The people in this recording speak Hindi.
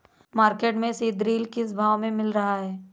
मार्केट में सीद्रिल किस भाव में मिल रहा है?